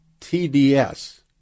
TDS